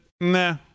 nah